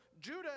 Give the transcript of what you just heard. Judah